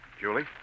Julie